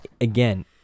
Again